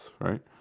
right